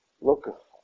Look